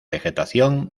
vegetación